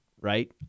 right